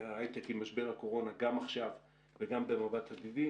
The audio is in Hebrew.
עם משבר הקורונה גם עכשיו וגם במבט עתידי.